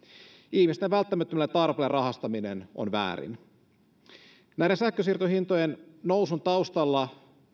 ihmisten välttämättömällä tarpeella rahastaminen on väärin näiden sähkönsiirtohintojen nousun taustalla